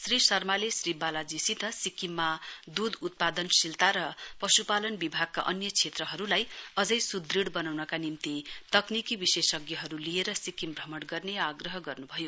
श्री शर्माले श्री बालाजीसित सिक्किममा दुध उत्पादनशीलता र पशुपालन विभागका अन्य क्षेत्रहरूलाई अझै सुदृड बनाउनका निम्ति तकनिकी विशेषज्ञहरू लिएर सिक्किम भ्रमण गर्ने आग्रह गर्नुभयो